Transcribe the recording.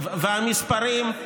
המספרים,